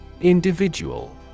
Individual